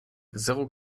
zéro